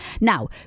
Now